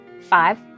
five